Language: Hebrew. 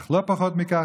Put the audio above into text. אך לא פחות מכך,